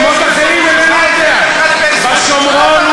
גברתי, אני, אדוני השר, האם, גברתי, אני לא,